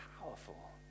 powerful